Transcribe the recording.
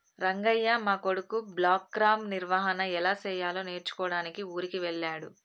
రంగయ్య మా కొడుకు బ్లాక్గ్రామ్ నిర్వహన ఎలా సెయ్యాలో నేర్చుకోడానికి ఊరికి వెళ్ళాడు